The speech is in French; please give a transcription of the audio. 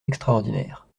extraordinaire